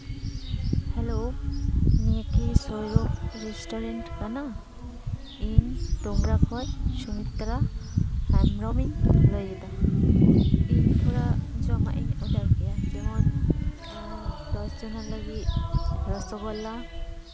hello ᱱᱤᱭᱟᱹ ᱠᱤ Sourabh restaurant ᱠᱟᱱᱟ ᱤᱧ ᱫᱳᱢᱲᱟ ᱠᱷᱚᱱ ᱥᱩᱢᱤᱛᱨᱟ ᱦᱮᱢᱵᱨᱚᱢᱤᱧ ᱞᱟᱹᱭᱫᱟ ᱤᱧ ᱛᱷᱚᱲᱟ ᱡᱚᱢᱟᱜ ᱤᱧ ᱚᱰᱟᱨ ᱠᱮᱭᱟ ᱡᱮᱢᱚᱱ ᱚᱨᱪᱚᱱᱟ ᱞᱟᱹᱜᱤᱫ ᱨᱚᱥᱚᱜᱳᱞᱞᱟ